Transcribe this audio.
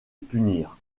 punir